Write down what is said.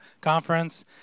conference